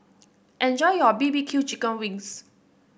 enjoy your B B Q Chicken Wings